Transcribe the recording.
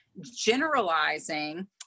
generalizing